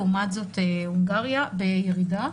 לעומת זאת בולגריה בירידה.